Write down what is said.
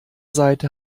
seite